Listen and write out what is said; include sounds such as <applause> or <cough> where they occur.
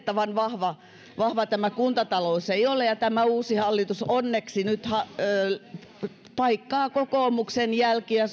tulokset eli valitettavasti kovin vahva tämä kuntatalous ei ole ja tämä uusi hallitus onneksi nyt suoraan sanottuna paikkaa kokoomuksen jälkiä <unintelligible>